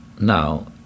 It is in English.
now